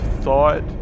thought